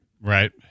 Right